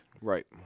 Right